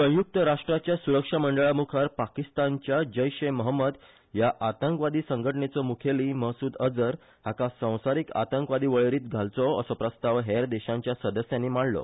संयुक्त राष्ट्राच्या सुरक्षा मंडळा मुखार पाकिस्तानच्या जैश ए महम्मद ह्या आतंकवादी संघटनेचो मुखेली मसुद अझहर हाका संवसारिक आतंकवादी वळेरींत घालचो असो प्रस्ताव हेर देशांच्या सदस्यानी मांडलो